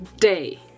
day